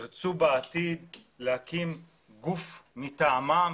אם הם ירצו בעתיד להקים גוף מטעמם